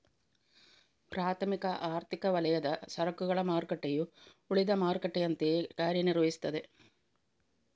ಪ್ರಾಥಮಿಕ ಆರ್ಥಿಕ ವಲಯದ ಸರಕುಗಳ ಮಾರುಕಟ್ಟೆಯು ಉಳಿದ ಮಾರುಕಟ್ಟೆಯಂತೆಯೇ ಕಾರ್ಯ ನಿರ್ವಹಿಸ್ತದೆ